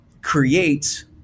creates